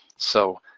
so,